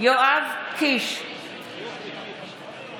מצביעה פנינה תמנו, מצביעה מזכירת הכנסת,